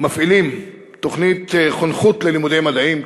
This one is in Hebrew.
מפעילים תוכנית חונכות ללימודי מדעים,